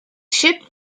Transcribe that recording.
ship